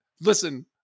Listen